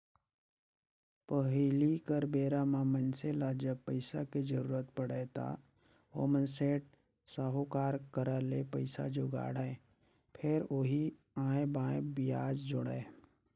पहिली कर बेरा म मइनसे ल जब पइसा के जरुरत पड़य त ओमन सेठ, साहूकार करा ले पइसा जुगाड़य, फेर ओही आंए बांए बियाज जोड़य